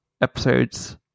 episodes